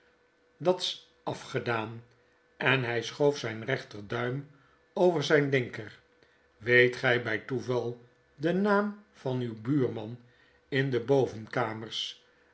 dat's afgedaan en hij schoof zgn rechterduim over zijn linker weet gg bg toeval den naam van uw buurman in de bovenkamers